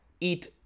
eat